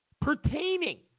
Pertaining